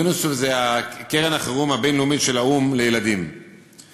יוניסוף זה קרן החירום הבין-לאומית לילדים של האו"ם.